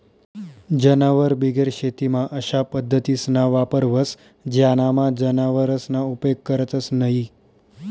जनावरबिगेर शेतीमा अशा पद्धतीसना वापर व्हस ज्यानामा जनावरसना उपेग करतंस न्हयी